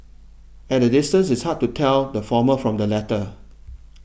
at a distance it's hard to tell the former from the latter